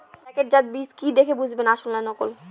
প্যাকেটজাত বীজ কি দেখে বুঝব আসল না নকল?